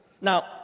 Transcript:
Now